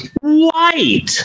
white